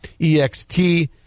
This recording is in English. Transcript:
EXT